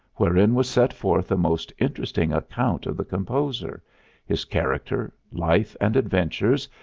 wherein was set forth a most interesting account of the composer his character, life and adventures,